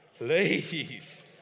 ladies